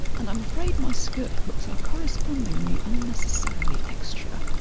and i'm afraid my skirt hooks are correspondingly unnecessarily extra.